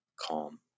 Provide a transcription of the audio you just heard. calm